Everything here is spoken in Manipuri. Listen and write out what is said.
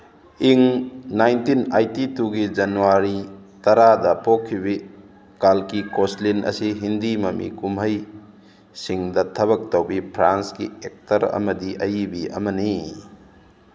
ꯏꯪ ꯅꯥꯏꯟꯇꯤꯟ ꯑꯥꯏꯇꯤ ꯇꯨꯒꯤ ꯖꯟꯋꯥꯔꯤ ꯇꯔꯥꯗ ꯄꯣꯛꯈꯤꯕꯤ ꯀꯥꯜꯀꯤ ꯀꯣꯁꯂꯤꯟ ꯑꯁꯤ ꯍꯤꯟꯗꯤ ꯃꯃꯤ ꯀꯨꯝꯍꯩꯁꯤꯡꯗ ꯊꯕꯛ ꯇꯧꯕꯤ ꯐ꯭ꯔꯥꯟꯁꯀꯤ ꯑꯦꯛꯇꯔ ꯑꯃꯗꯤ ꯑꯏꯕꯤ ꯑꯃꯅꯤ